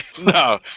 No